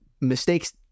mistakes